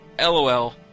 LOL